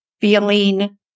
feeling